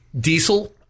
Diesel